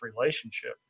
relationship